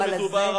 כיוון שמדובר,